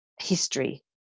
history